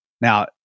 Now